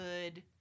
good